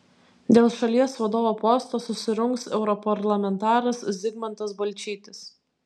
dėl šalies vadovo posto susirungs europarlamentaras zigmantas balčytis